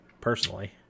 personally